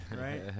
right